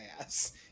ass